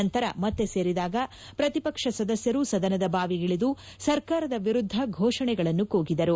ನಂತರ ಮತ್ತೆ ಸೇರಿದಾಗ ಪ್ರತಿಪಕ್ಷ ಸದಸ್ನರು ಸದನದ ಬಾವಿಗಿಳಿದು ಸರ್ಕಾರದ ವಿರುದ್ದ ಘೋಷಣೆಗಳನ್ನು ಕೂಗಿದರು